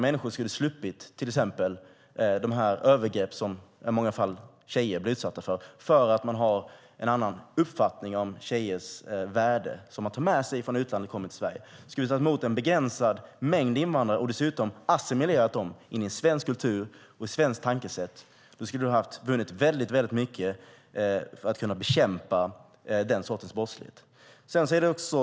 Vi skulle ha sluppit de övergrepp som tjejer i många fall blir utsatta för eftersom man har en annan uppfattning om tjejers värde, en uppfattning man har med sig från utlandet när man kommer till Sverige. Hade vi tagit emot en begränsad mängd invandrare och dessutom assimilerat dem i den svenska kulturen och det svenska tänkesättet skulle vi ha vunnit mycket och kunnat bekämpa den sortens brottslighet.